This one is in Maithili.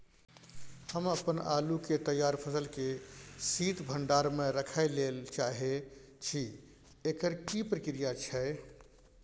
हम अपन आलू के तैयार फसल के शीत भंडार में रखै लेल चाहे छी, एकर की प्रक्रिया छै?